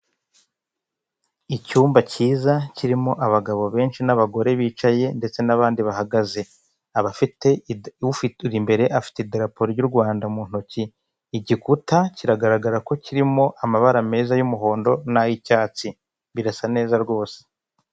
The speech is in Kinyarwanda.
Icyumba kiza kirimo abagabo benshi n'abagore bicaye ndetse n'abandi bahagaze, uri imbere afite idarapo ry'u Rwanda mu ntoki, igikuta kiragaragara ko kirimo amabara meza y'umuhondo n'ay'icyatsi, birasa neza rwose.